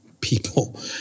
people